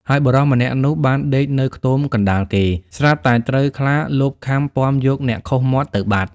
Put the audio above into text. ហើយបុរសម្នាក់នោះបានដេកនៅខ្ទមកណ្តាលគេ ស្រាប់តែត្រូវខ្លាលបខាំ ពាំយកអ្នកខុសមាត់ទៅបាត់។